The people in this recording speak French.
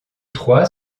trois